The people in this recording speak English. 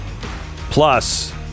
Plus